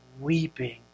weeping